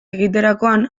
egiterakoan